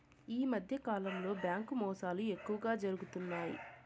ఈ మధ్యకాలంలో బ్యాంకు మోసాలు ఎక్కువగా జరుగుతున్నాయి